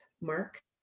mark